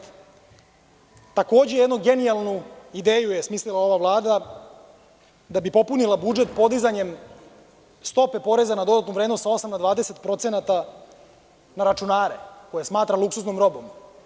Takođe jednu genijalnu ideju je smislila ova Vlada da bi popunila budžet podizanjem stope poreza na dodatu vrednost sa 8 na 20% na računare koje smatra luksuznom robom.